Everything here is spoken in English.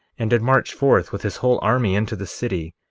and did march forth with his whole army into the city,